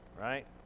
right